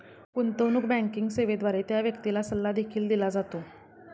गुंतवणूक बँकिंग सेवेद्वारे त्या व्यक्तीला सल्ला देखील दिला जातो